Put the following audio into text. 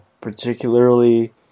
Particularly